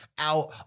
out